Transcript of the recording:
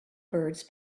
birds